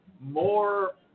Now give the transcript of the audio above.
more